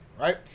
right